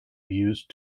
used